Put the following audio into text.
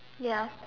ya